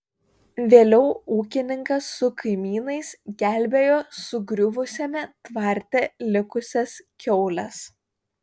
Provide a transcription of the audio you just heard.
vėliau ūkininkas su kaimynais gelbėjo sugriuvusiame tvarte likusias kiaules